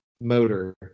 motor